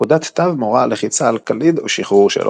פקודת תו מורה על לחיצה על קליד או שחרור שלו.